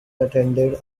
attended